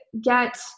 get